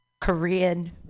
korean